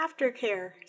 aftercare